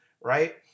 right